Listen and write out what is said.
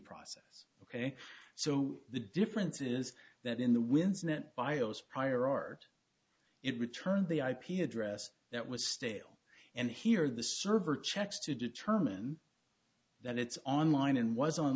process ok so the difference is that in the winds net bios prior art it returned the ip address that was stale and here the server checks to determine that it's online and was